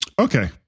Okay